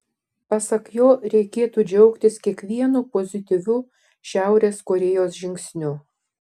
pasak jo reikėtų džiaugtis kiekvienu pozityviu šiaurės korėjos žingsniu